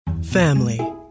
family